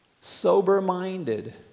sober-minded